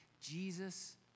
Jesus